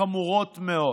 חמורות מאוד.